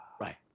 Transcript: Right